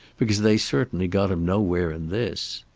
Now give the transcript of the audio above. because they certainly got him nowhere in this.